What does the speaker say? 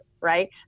Right